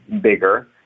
bigger